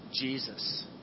Jesus